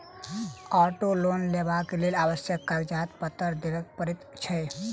auto loan लेबाक लेल आवश्यक कागज पत्तर देबअ पड़ैत छै